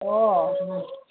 ꯑꯣ